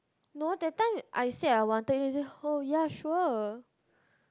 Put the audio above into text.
no that time I said I wanted then you said oh ya sure